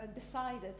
decided